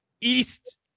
East